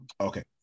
Okay